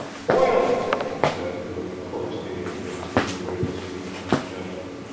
boiling, he said, with coruscating additions in the way of speech and gesture.